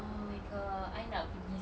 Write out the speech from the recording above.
oh my god I nak pergi